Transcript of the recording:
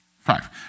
Five